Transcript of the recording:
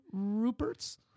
ruperts